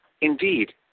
indeed